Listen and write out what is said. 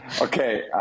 okay